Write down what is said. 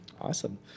awesome